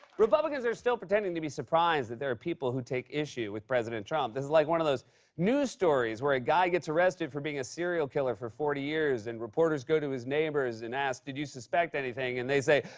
republicans are still pretending to be surprised that there are people who take issue with president trump. this is like one of those news stories where a guy gets arrested for being a serial killer for forty years and reporters go to his neighbors and ask, did you suspect anything, and they say,